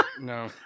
No